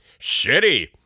Shitty